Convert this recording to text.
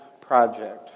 project